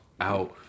out